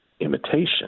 imitation